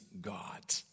God